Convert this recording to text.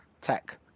tech